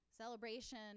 celebration